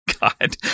God